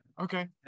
okay